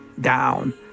down